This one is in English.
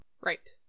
Right